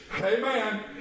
amen